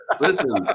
Listen